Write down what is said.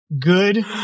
good